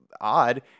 odd